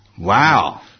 Wow